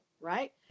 right